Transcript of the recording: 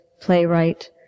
playwright